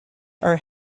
are